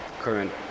current